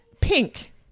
Pink